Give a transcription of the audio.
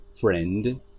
friend